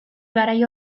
garai